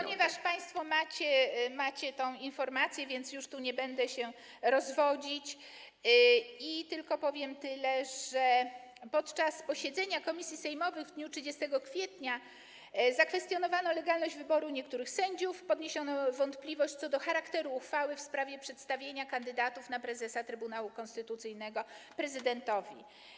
Ponieważ państwo macie tę informację, więc już tu nie będę się rozwodzić i tylko powiem tyle, że podczas posiedzenia komisji sejmowych w dniu 30 kwietnia zakwestionowano legalność wyboru niektórych sędziów, podniesiono wątpliwość co do charakteru uchwały w sprawie przedstawienia kandydatów na prezesa Trybunału Konstytucyjnego prezydentowi.